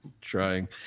Trying